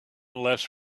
unless